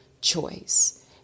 choice